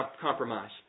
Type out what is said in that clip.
compromise